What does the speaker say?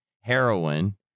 heroin